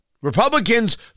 Republicans